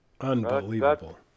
Unbelievable